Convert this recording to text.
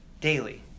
daily